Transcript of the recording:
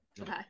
Okay